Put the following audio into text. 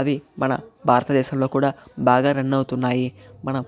అవి మన భారతదేశంలో కూడా బాగా రన్ అవుతున్నాయి మనం